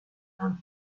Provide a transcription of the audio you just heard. and